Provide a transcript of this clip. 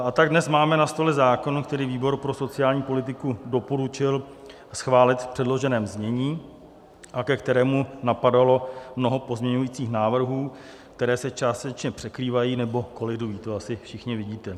A tak dnes máme na stole zákon, který výbor pro sociální politiku doporučil schválit v předloženém znění a ke kterému napadalo mnoho pozměňujících návrhů, které se částečně překrývají nebo kolidují, to asi všichni vidíte.